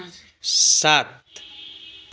सात